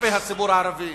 כלפי הציבור הערבי.